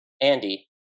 Andy